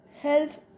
health